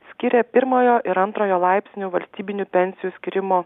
skiria pirmojo ir antrojo laipsnių valstybinių pensijų skyrimo